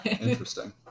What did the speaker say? interesting